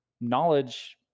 knowledge